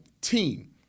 team